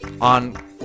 On